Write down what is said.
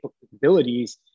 capabilities